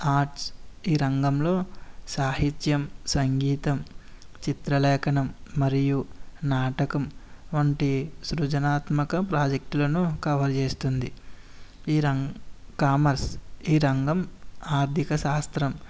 arts ఈ రంగంలో సాహిత్యం సంగీతం చిత్రలేఖనం మరియు నాటకం వంటి సృజనాత్మక ప్రాజెక్టులను కవర్ చేస్తుంది ఈ రం కామర్స్ ఈ రంగం ఆర్థిక శాస్త్రం